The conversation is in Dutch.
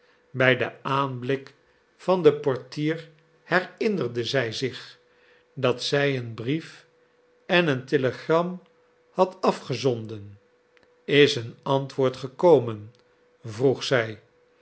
bij den aanblik van den portier herinnerde zij zich dat zij een brief en een telegram had afgezonden is een antwoord gekomen vroeg zij